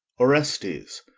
orestes,